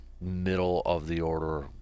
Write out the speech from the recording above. middle-of-the-order